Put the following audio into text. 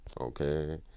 okay